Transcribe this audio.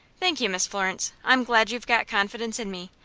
thank you, miss florence. i'm glad you've got confidence in me.